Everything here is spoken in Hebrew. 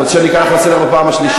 את רוצה שאני אקרא לך לסדר בפעם השלישית?